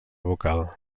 vocal